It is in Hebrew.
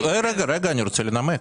רגע, אני רוצה לנמק.